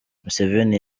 museveni